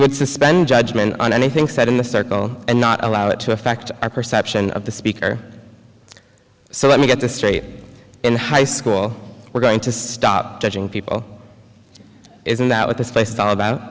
would suspend judgment on anything said in the circle and not allow it to affect our perception of the speaker so let me get this straight in high school we're going to stop judging people isn't that what this place is all about